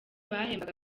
bahembwaga